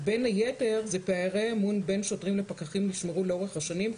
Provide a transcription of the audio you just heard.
ובין היתר פערי אמון בין שוטרים לפקחים נשמרו לאורך השנים,